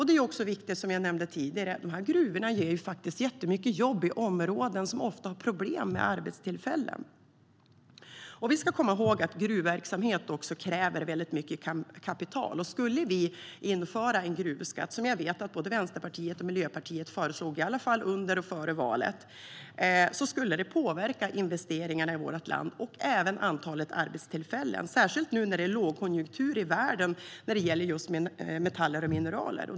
Det är också viktigt, som jag nämnde tidigare, att tänka på att gruvorna ger jättemånga jobb i områden som ofta har problem med arbetstillfällen. Vi ska komma ihåg att gruvverksamhet kräver mycket kapital. Om vi skulle vi införa en gruvskatt, som jag vet att både Vänsterpartiet och Miljöpartiet föreslog före valet, skulle det påverka investeringarna och även antalet arbetstillfällen i vårt land, särskilt nu när det är lågkonjunktur i världen när det gäller metaller och mineraler.